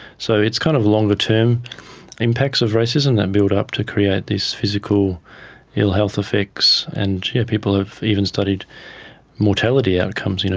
so it's kind of longer-term impacts of racism that build up to create this physical ill health effects, and people have even studied mortality outcomes. you know,